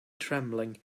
trembling